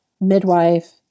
midwife